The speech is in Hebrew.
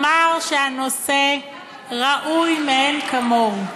הוא אמר שהנושא ראוי מאין כמוהו,